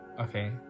Okay